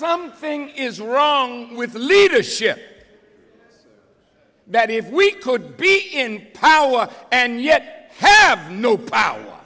something is wrong with the leadership that if we could be in power and yet have no power